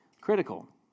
critical